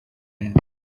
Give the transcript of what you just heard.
man